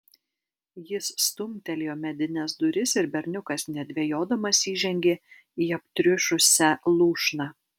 jis stumtelėjo medines duris ir berniukas nedvejodamas įžengė į aptriušusią lūšną